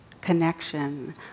connection